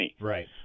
Right